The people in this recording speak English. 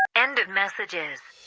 end of messages